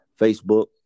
Facebook